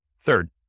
Third